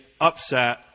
upset